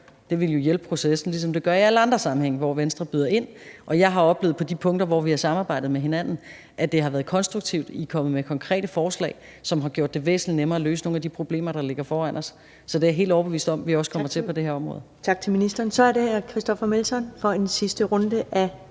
Det ville jo hjælpe på processen, ligesom det gør i alle andre sammenhænge, hvor Venstre byder ind. Jeg har oplevet på de punkter, hvor vi har samarbejdet med hinanden, at det har været konstruktivt. I er kommet med konkrete forslag, som har gjort det væsentlig nemmere at løse nogle af de problemer, der ligger foran os. Så det er jeg helt overbevist om at vi også kommer til på det her område. Kl. 16:50 Første næstformand (Karen Ellemann): Tak til ministeren. Så er det hr. Christoffer Aagaard Melson for en sidste runde af